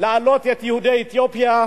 להעלות את יהודי אתיופיה,